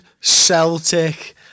Celtic